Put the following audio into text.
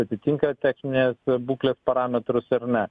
atitinka techninės būklės parametrus ar ne